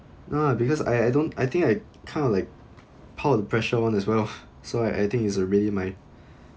no lah because I I don't I think I kind of like piled the pressure on as well so I I think it's uh really my